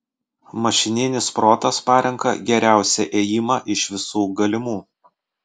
mašininis protas parenka geriausią ėjimą iš visų galimų